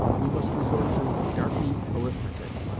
we must resort to darkey arithmetic